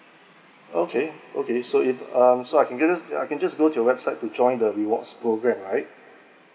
okay okay so if um so I can get this I can just go to your website to join the rewards program right